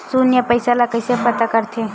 शून्य पईसा ला कइसे पता करथे?